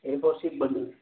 a four sheet bundles